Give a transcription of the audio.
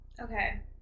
Okay